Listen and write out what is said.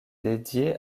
dédiée